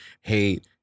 hate